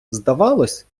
здавалось